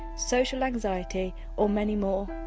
social anxiety or many more